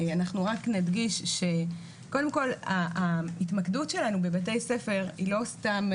אנחנו רק נדגיש שקודם כל ההתמקדות שלנו בבתי ספר היא לא סתם,